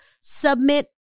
submit